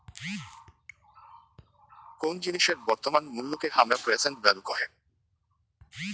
কোন জিনিসের বর্তমান মুল্যকে হামরা প্রেসেন্ট ভ্যালু কহে